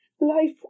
Life